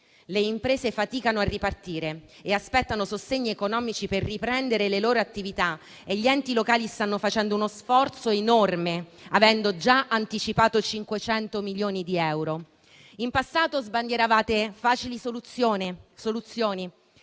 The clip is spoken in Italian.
le imprese faticano a ripartire e aspettano sostegni economici per riprendere le loro attività e gli enti locali stanno facendo uno sforzo enorme, avendo già anticipato 500 milioni di euro. In passato sbandieravate facili soluzioni,